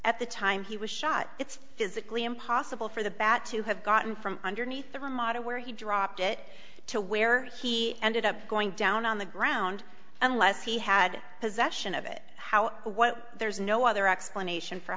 at the time he was shot it's physically impossible for the bat to have gotten from underneath the ramada where he dropped it to where he ended up going down on the ground unless he had possession of it how what there's no other explanation for